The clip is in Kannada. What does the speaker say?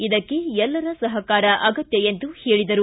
ಇದಕ್ಕೆ ಎಲ್ಲರ ಸಹಕಾರ ಅಗತ್ತ ಎಂದು ಹೇಳಿದರು